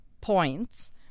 points